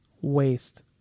waste